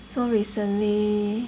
so recently